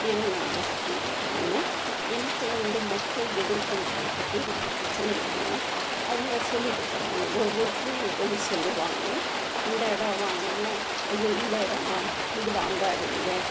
இதை நான் யூஸ் பண்ணிக்கிட்டேனுங்க எனக்கு வந்து மக்கள் எதிர்கொள்கிறத பற்றி எனக்கு பிரச்சனை இல்லைங்க அவங்க சொல்லிட்டு போகிறாங்க ஒரு ஒருத்தரும் ஒவ்வொன்னு சொல்லுவாங்கள் இந்த இடம் வாங்கனம்னா ஐயோ இந்த இடமா இது வாங்காதீங்கள்